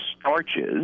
starches